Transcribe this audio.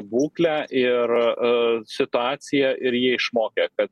būklę ir situaciją ir jie išmokę kad